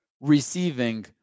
receiving